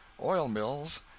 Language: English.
oil-mills